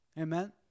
Amen